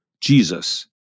Jesus